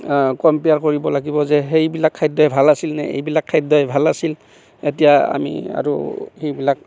compare কৰিব লাগিব যে সেইবিলাক খাদ্যই ভাল আছিল নে এইবিলাক খাদ্যই ভাল আছিল এতিয়া আমি আৰু সেইবিলাক